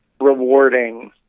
rewarding